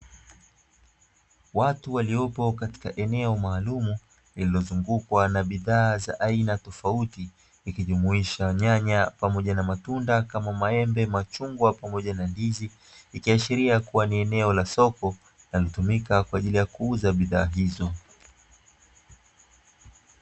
Watu waliopo katika eneo maalumu, lililozungukwa na bidhaa za aina tofauti ikijumuisha nyanya pamoja na matunda kama maembe, machungwa pamoja na ndizi ikiashiria kuwa ni eneo la soko latumika kwa ajili ya kuuza bidhaa hizo.